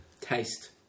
taste